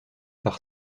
par